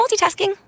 multitasking